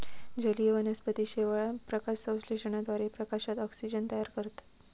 जलीय वनस्पती शेवाळ, प्रकाशसंश्लेषणाद्वारे प्रकाशात ऑक्सिजन तयार करतत